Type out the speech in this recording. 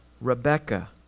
Rebecca